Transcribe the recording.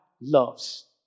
loves